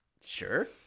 Sure